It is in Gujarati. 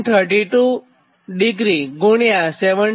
32° ગુણ્યા 71